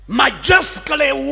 majestically